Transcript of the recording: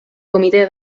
comitè